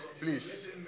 Please